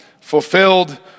fulfilled